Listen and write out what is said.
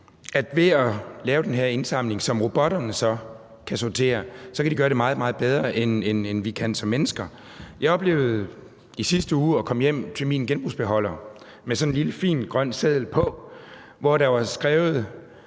ved at vi laver den her indsamling, som robotterne så kan sortere, kan gøre det meget, meget bedre, end vi kan som mennesker. Jeg oplevede i sidste uge at komme hjem til min genbrugsbeholder, der havde sådan en fin lille grøn seddel på, hvor der var skrevet,